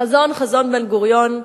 החזון, חזון בן-גוריון,